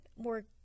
more